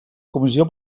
comissió